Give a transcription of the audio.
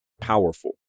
powerful